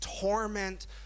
torment